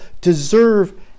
deserve